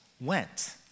went